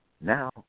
now